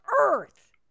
earth